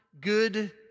good